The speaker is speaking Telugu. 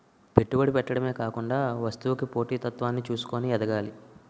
పెట్టుబడి పెట్టడమే కాకుండా వస్తువుకి పోటీ తత్వాన్ని చూసుకొని ఎదగాలి